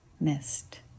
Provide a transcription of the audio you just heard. missed